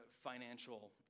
financial